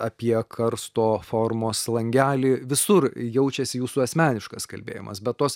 apie karsto formos langelį visur jaučiasi jūsų asmeniškas kalbėjimas bet tos